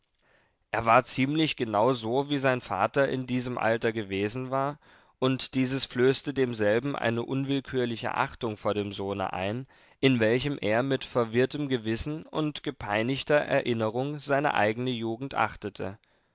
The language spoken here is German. er war ziemlich genau so wie sein vater in diesem alter gewesen war und dieses flößte demselben eine unwillkürliche achtung vor dem sohne ein in welchem er mit verwirrtem gewissen und gepeinigter erinnerung seine eigene jugend achtete